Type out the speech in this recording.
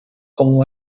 como